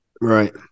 Right